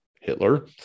Hitler